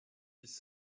dix